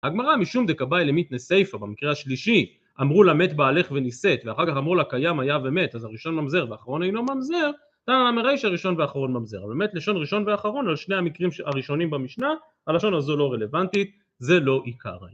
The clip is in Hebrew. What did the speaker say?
הגמרא משום דקה באי למית נסייפה במקרה השלישי אמרו לה מת בעלך ונישאת ואחר כך אמרו לה קיים היה ומת אז הראשון ממזר ואחרון היינו ממזר אתה אומר אי שהראשון ואחרון ממזר באמת לשון ראשון ואחרון על שני המקרים הראשונים במשנה הלשון הזו לא רלוונטית זה לא עיקר